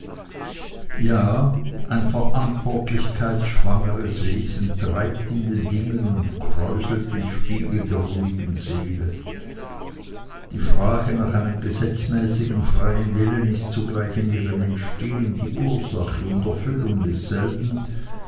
ja ein verantwortlichkeitsschwangeres wesen treibt in den dingen und kräuselt den spiegel der ruhigen seele die frage nach einem gesetzmäßigen freien willen ist zugleich in ihrem entstehen die ursache und erfüllung desselben